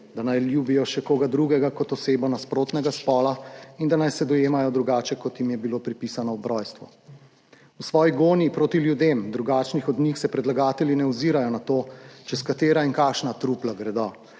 da naj ljubijo še koga drugega kot osebo nasprotnega spola in da naj se dojemajo drugače, kot jim je bilo pripisano ob rojstvu. V svoji gonji proti ljudem, drugačnih od njih, se predlagatelji ne ozirajo na to, čez katera in kakšna trupla gredo.